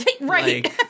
Right